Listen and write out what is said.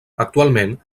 actualment